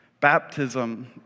Baptism